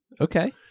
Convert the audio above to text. Okay